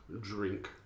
drink